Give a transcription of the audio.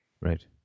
Right